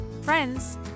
friends